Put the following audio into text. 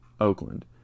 oakland